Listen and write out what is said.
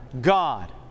God